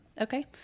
okay